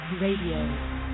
Radio